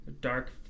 Dark